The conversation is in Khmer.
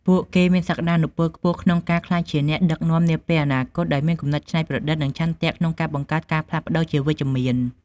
ពួកគេមានសក្ដានុពលខ្ពស់ក្នុងការក្លាយជាអ្នកដឹកនាំនាពេលអនាគតដោយមានគំនិតច្នៃប្រឌិតនិងឆន្ទៈក្នុងការបង្កើតការផ្លាស់ប្ដូរជាវិជ្ជមាន។